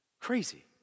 Crazy